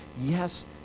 yes